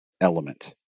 element